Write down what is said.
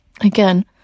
Again